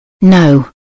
No